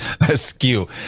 Askew